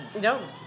No